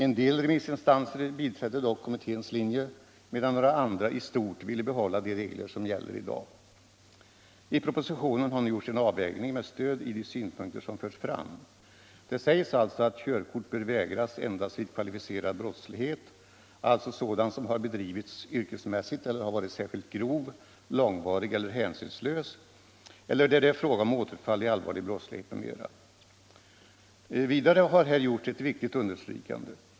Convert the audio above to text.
En del remissinstanser biträdde dock kommitténs linje, medan andra i stort vill behålla de regler som gäller i dag. I propositionen har nu gjorts en avvägning med stöd i de synpunkter som förts fram. Det sägs alltså att körkort bör vägras endast vid kvalificerad brottslighet, alltså sådan som har bedrivits yrkesmässigt eller varit särskilt grov, långvarig eller hänsynslös eller där det är fråga om återfall i allvarlig brottslighet m.m. Vidare har här gjorts ett viktigt understrykande.